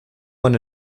eine